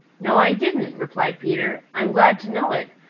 no, i didn't, replied peter. i'm glad to know it.